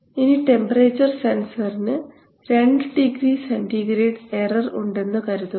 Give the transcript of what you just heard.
ഇനി ടെമ്പറേച്ചർ സെൻസറിനു 2 degree centigrade error ഉണ്ടെന്നു കരുതുക